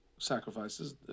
Sacrifices